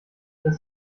das